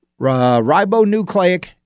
ribonucleic